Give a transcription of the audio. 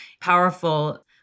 powerful